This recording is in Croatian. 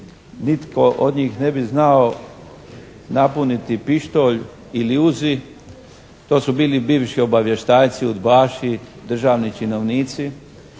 nitko od njih ne bi znao napuniti pištolj ili uzi, to su bili bivši obavještajci, udbaši, državni činovnici,